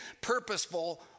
purposeful